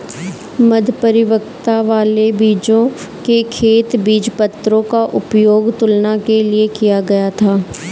मध्य परिपक्वता वाले बीजों के खेत बीजपत्रों का उपयोग तुलना के लिए किया गया था